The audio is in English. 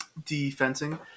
Defencing